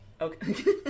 Okay